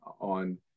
on